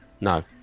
no